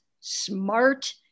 smart